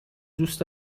دوست